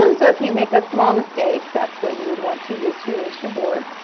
and so if you make a small mistake, that's what you want to use to erase your board.